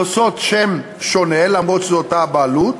הנושאות שם שונה, אף שזאת אותה בעלות,